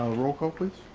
ah roll call, please.